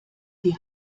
die